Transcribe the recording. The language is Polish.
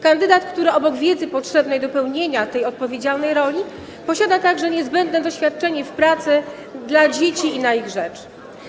Kandydat, który obok wiedzy potrzebnej do pełnienia tej odpowiedzialnej roli posiada także niezbędne doświadczenie w pracy dla dzieci i na ich rzecz.